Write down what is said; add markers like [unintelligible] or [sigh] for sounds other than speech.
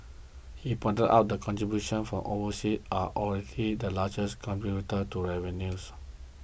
he pointed out that contributions from [unintelligible] are already the largest contributor to revenues